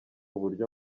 buryo